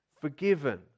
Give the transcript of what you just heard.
forgiven